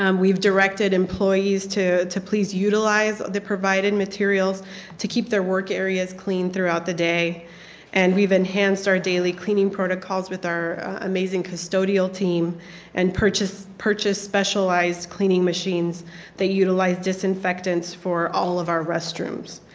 um we have directed employees to to please utilize the provided materials to keep their work areas clean throughout the day and we have enhanced our daily cleaning protocols with our amazing custodial team and purchased purchased specialized cleaning machines that utilize disinfectants for all of our restrooms.